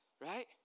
right